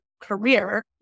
career